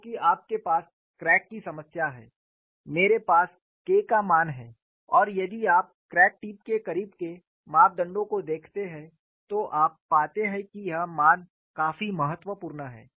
क्योंकि आपके पास क्रैक की समस्या है मेरे पास K का मान है और यदि आप क्रैक टिप के करीब के मापदंडों को देखते हैं तो आप पाते हैं कि यह मान काफी महत्वपूर्ण है